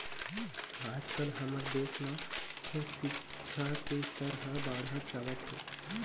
आजकाल हमर देश म सिक्छा के स्तर ह बाढ़त जावत हे